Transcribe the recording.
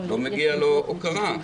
לא מגיעה לו הוקרה?